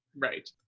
Right